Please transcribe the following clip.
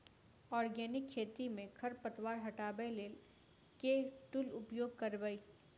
Organic खेती मे खरपतवार हटाबै लेल केँ टूल उपयोग करबै?